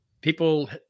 people